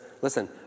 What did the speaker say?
Listen